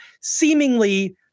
seemingly